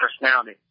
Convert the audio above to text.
personality